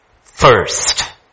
first